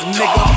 nigga